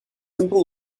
simple